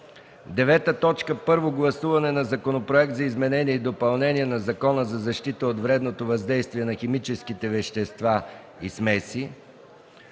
изделия. 9. Първо гласуване на Законопроекта за изменение и допълнение на Закона за защита от вредното въздействие на химическите вещества и смеси.